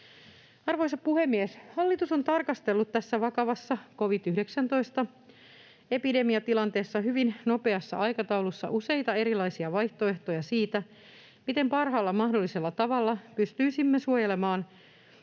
Arvoisa puhemies! Hallitus on tarkastellut tässä vakavassa covid-19-epidemiatilanteessa hyvin nopeassa aikataulussa useita erilaisia vaihtoehtoja siitä, miten parhaalla mahdollisella tavalla pystyisimme suojelemaan